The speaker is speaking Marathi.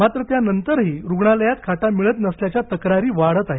मात्र त्यानंतरही रुग्णालयांत खाटा मिळत नसल्याच्या तक्रारी वाढत आहेत